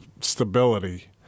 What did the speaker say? Stability